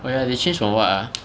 oh ya they changed from what ah